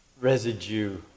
residue